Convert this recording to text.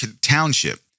Township